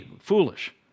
foolish